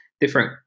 different